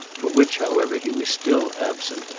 from which however he was still absent,